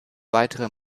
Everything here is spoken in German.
weitere